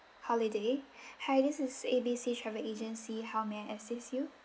holiday hi this is A B C travel agency how may I assist you